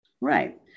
Right